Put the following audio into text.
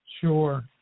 Sure